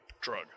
drug